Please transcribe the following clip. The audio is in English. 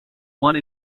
one